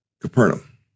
Capernaum